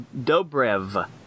Dobrev